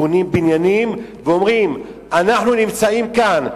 בונים בניינים ואומרים: אנחנו נמצאים כאן,